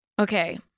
Okay